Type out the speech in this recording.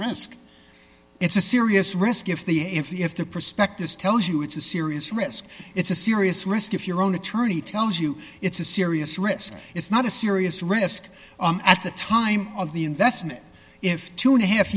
risk it's a serious risk if the if the prospectus tells you it's a serious risk it's a serious risk if your own attorney tells you it's a serious risk it's not a serious risk at the time of the investment if two and a half